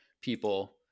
people